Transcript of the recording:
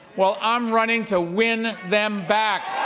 well, i'm running to win them back.